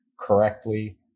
correctly